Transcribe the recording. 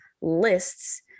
lists